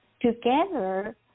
Together